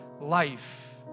life